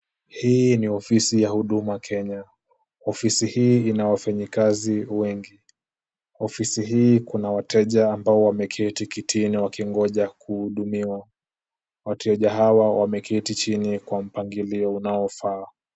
Hii ni ofisi ya Huduma Kenya. Ofisi hii ina wafanyikazi wengi. Ofisi hii kuna wateja ambao wameketi kitini wakingoja kuhudumiwa. Wateja hawa wameketi chini kwa mpangilio unaofaa.